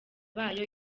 bayo